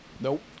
Nope